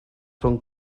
rhwng